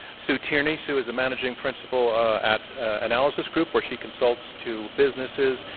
sue tierney. sue is a managing principal at analysis group, where she consults to businesses,